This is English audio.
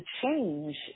change